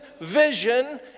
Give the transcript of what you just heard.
vision